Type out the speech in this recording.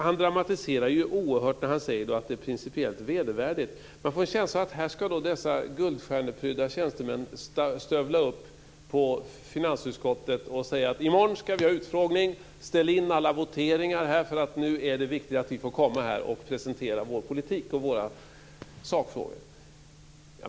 Han dramatiserar ju oerhört när han säger att det är principiellt vedervärdigt. Man får en känsla av att dessa guldstjärneprydda tjänstemän ska stövla upp på finansutskottet och säga: I morgon ska vi ha utfrågning. Ställ in alla voteringar, därför att nu är det viktigt att vi får komma och presentera vår politik och våra sakfrågor.